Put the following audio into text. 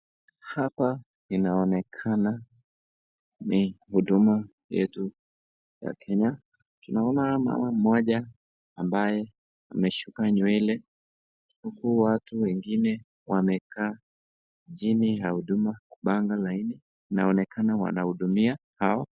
Hapa inaonekana ni huduma yetu ya kenya, tunaona mama mmoja ambaye ameshuka nywele huku watu wengi wamekaa chini ya huduma kupanga laini, inaonekana wanahudumia hawa.